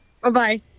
Bye-bye